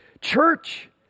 church